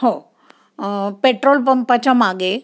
हो पेट्रोल पंपाच्या मागे